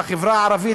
בחברה הערבית,